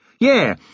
Yeah